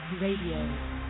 Radio